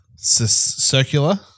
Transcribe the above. circular